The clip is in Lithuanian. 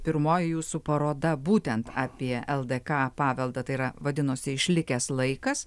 pirmoji jūsų paroda būtent apie ldk paveldą tai yra vadinosi išlikęs laikas